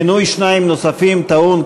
מינוי שניים נוספים טעון,